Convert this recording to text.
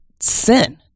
sin